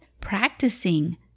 practicing